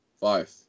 Five